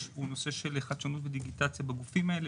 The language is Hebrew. הוא הנושא של חדשנות ודיגיטציה בגופים האלה.